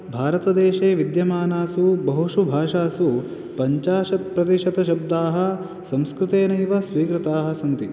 भारतदेशे विद्यमानासु बहुषु भाषासु पञ्चाशत् प्रतिशतशब्दाः संस्कृतेनैव स्वीकृताः सन्ति